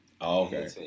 Okay